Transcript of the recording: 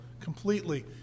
completely